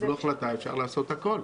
תקבלו החלטה, אפשר לעשות הכול.